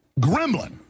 gremlin